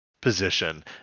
position